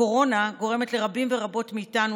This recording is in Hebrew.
הקורונה גורמת לרבים ורבות מאיתנו